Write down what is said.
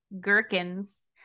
Gherkins